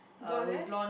blonde hair